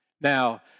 Now